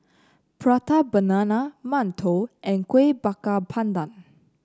Prata Banana Mantou and Kuih Bakar Pandan